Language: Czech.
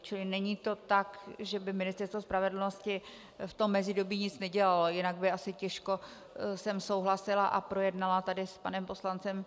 Čili není to tak, že by Ministerstvo spravedlnosti v tom mezidobí nic nedělalo, jinak bych asi těžko souhlasila a projednala tady s panem poslancem